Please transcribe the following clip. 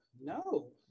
no